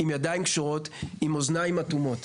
עם עיניים עצומות ועם אוזניים אטומות,